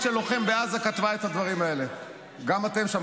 הם עוסקים עכשיו בג'ובים --- גם אתם שם,